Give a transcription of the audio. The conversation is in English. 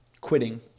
quitting